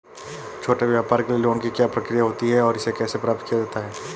छोटे व्यापार के लिए लोंन की क्या प्रक्रिया होती है और इसे कैसे प्राप्त किया जाता है?